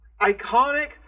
iconic